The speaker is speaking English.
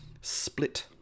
split